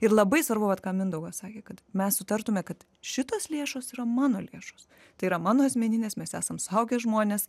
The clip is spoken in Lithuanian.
ir labai svarbu vat ką mindaugas sakė kad mes sutartume kad šitos lėšos yra mano lėšos tai yra mano asmeninės mes esam suaugę žmonės